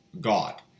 God